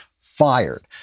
fired